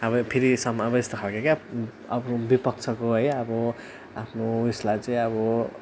अब फेरिसम्म अब यस्तो खाले क्या अब विपक्षको है अब आफ्नो उयसलाई चाहिँ अब